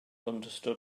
understood